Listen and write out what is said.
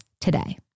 today